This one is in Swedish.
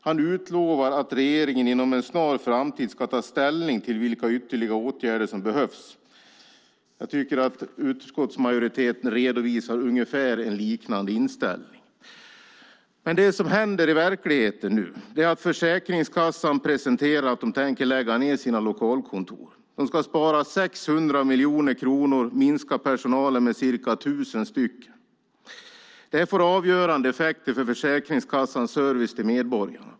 Han utlovar att regeringen inom en snar framtid ska ta ställning till vilka ytterligare åtgärder som behövs. Jag tycker att utskottsmajoriteten redovisar en liknande inställning. Men det som nu händer i verkligheten är att Försäkringskassan presenterar att man tänker lägga ned sina lokalkontor. Man ska spara 600 miljoner kronor och minska personalen med ca 1 000 personer. Detta får avgörande effekter på Försäkringskassans service till medborgarna.